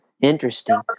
Interesting